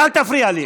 אל תפריע לי.